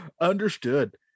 understood